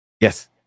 Yes